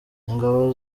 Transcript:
ingabo